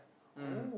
mm